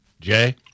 Jay